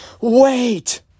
Wait